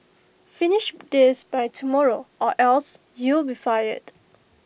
finish this by tomorrow or else you'll be fired